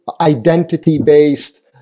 identity-based